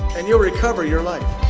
and you'll recover your life.